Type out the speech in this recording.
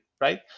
right